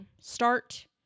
Start